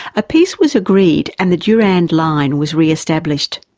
a peace was agreed and the durrand line was re-established.